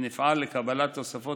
ונפעל לקבלת תוספות